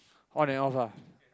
on and off lah